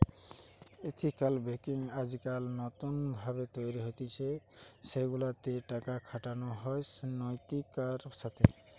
ethical banking আজকাল নতুন ভাবে তৈরী হতিছে সেগুলা তে টাকা খাটানো হয় নৈতিকতার সাথে